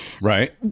Right